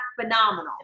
phenomenal